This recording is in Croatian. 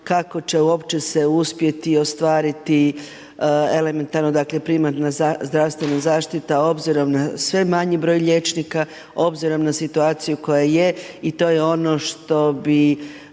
kako će uopće se uspjeti ostvariti elementarno primarna zdravstvena zaštita obzirom na sve manji broj liječnika, obzirom na situaciju koja je i to je ono što bi